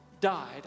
died